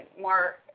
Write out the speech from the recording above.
more